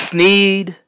Sneed